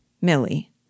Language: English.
Millie